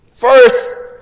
First